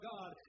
God